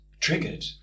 Triggered